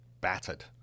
battered